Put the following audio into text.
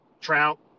Trout